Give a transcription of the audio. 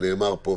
ונאמר פה,